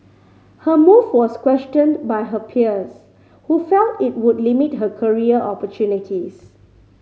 her move was questioned by her peers who felt it would limit her career opportunities